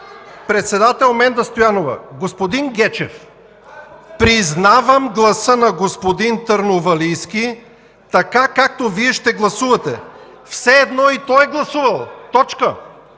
„Председател Менда Стоянова: Господин Гечев, признавам гласа на господин Търновалийски, така както Вие ще гласувате. Все едно и той е гласувал.” Точка!